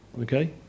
okay